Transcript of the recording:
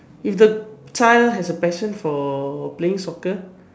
if the child have a passion for playing soccer